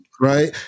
Right